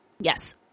Yes